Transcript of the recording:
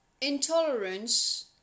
intolerance